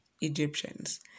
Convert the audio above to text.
Egyptians